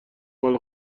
مال